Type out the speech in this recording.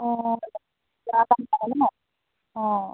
অঁ অঁ